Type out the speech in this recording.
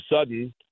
sudden –